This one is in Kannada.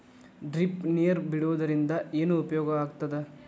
ಡ್ರಿಪ್ ನೇರ್ ಬಿಡುವುದರಿಂದ ಏನು ಉಪಯೋಗ ಆಗ್ತದ?